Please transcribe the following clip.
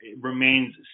remains